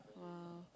!wow!